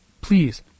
Please